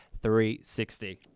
360